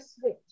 switch